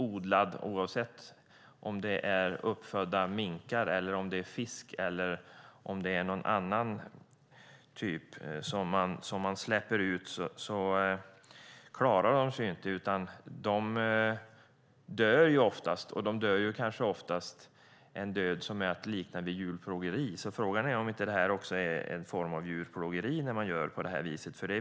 Odlad fisk, uppfödda minkar eller andra djur som släpps ut klarar sig inte, utan de dör oftast en död som är att likna vid djurplågeri. Frågan är därför om detta inte också är en form av djurplågeri.